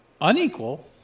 Unequal